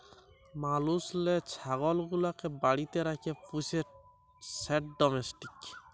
মালুস যে ছাগল গুলাকে বাড়িতে রাখ্যে পুষে সেট ডোমেস্টিক